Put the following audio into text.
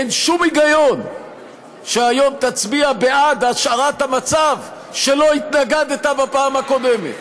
אין שום היגיון שהיום תצביע בעד השארת המצב שהתנגדת לו בפעם הקודמת.